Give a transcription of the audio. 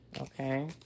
okay